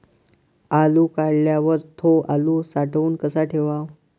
आलू काढल्यावर थो आलू साठवून कसा ठेवाव?